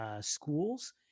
schools